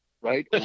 right